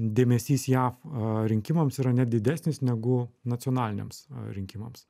dėmesys jav rinkimams yra net didesnis negu nacionaliniams rinkimams